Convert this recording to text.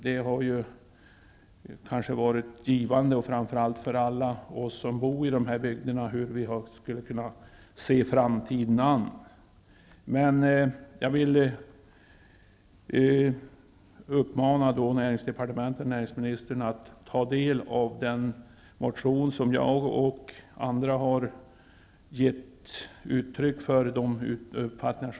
Det skulle kanske ha varit givande, framför allt för oss som bor i de här bygderna, att få veta hur vi skulle kunna se framtiden an. Jag uppmanar näringsdepartementet och näringsministern att ta del av den motion i vilken jag och en del andra har gett utryck för våra uppfattningar.